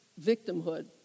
victimhood